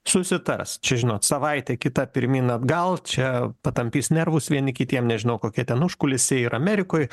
susitars čia žinot savaitę kitą pirmyn atgal čia patampys nervus vieni kitiem nežinau kokie ten užkulisiai ir amerikoj